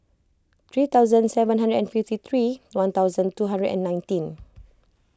three thousand seven hundred and fifty three one thousand two hundred and nineteen